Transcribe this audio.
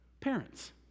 parents